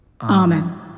Amen